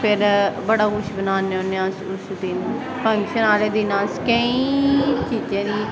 फिर बड़ा कुछ बनान्ने होन्ने अस उस दिन फंक्शन आह्ले दिन अस केंई चीजें दी